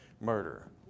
murder